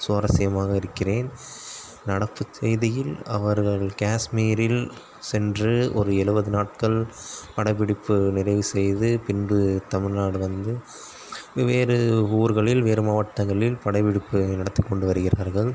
சுவாரசியமாக இருக்கின்றேன் நடப்பு செய்தியில் அவர்கள் கேஷ்மீரில் சென்று ஒரு எழுபது நாட்கள் படப்பிடிப்பு நிறைவு செய்து பின்பு தமிழ்நாடு வந்து வெவ்வேறு ஊர்களில் வேறு மாவட்டங்களில் படப்பிடிப்பு நடத்தி கொண்டு வருகிறார்கள்